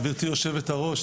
גברתי יושבת-הראש,